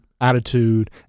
attitude